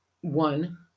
one